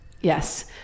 Yes